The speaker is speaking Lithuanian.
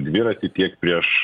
dviratį tiek prieš